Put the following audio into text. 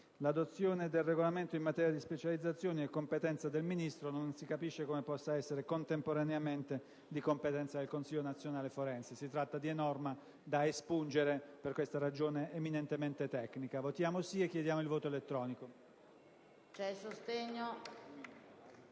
L'adozione del regolamento in materia di socializzazione è competenza del Ministro e non si capisce come possa essere contemporaneamente di competenza del consiglio nazionale forense. Si tratta di una norma da espungere per la ragione eminentemente tecnica che ho esposto. Voteremo,